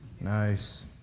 Nice